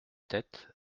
tête